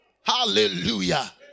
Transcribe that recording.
Hallelujah